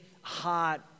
heart